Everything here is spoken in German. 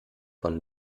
von